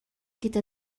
gyda